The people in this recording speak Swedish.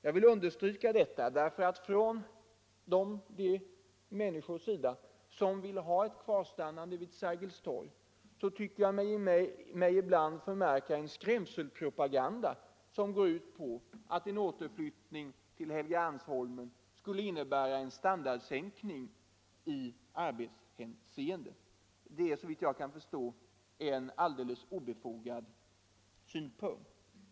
Jag vill understryka detta, därför att från deras sida som vill ha ett kvarstannande vid Sergels torg tycker jag mig ibland förmärka en skrämselpropaganda, som går ut på att en återflyttning till Helgeandsholmen skulle innebära sänkt standard i arbetshänseende. Detta är såvitt jag kan förstå en alldeles obefogad synpunkt.